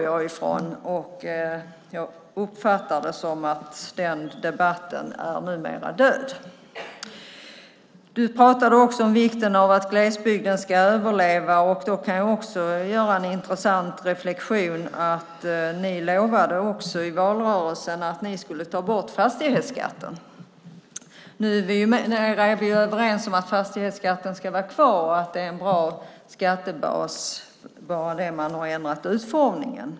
Jag uppfattar det som att den debatten nu är död. Du talade också om vikten av att glesbygden ska överleva. Jag kan göra en intressant reflexion. Ni lovade i valrörelsen att ni skulle ta bort fastighetsskatten. Nu är vi överens om att fastighetsskatten ska vara kvar och att det är en bra skattebas bara man ändrar utformningen.